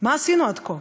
מה עשינו עד כה?